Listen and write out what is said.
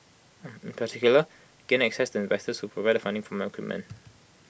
in particular gained access to investors who provided funding for more equipment